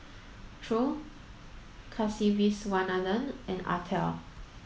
Choor Kasiviswanathan and Atal